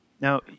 Now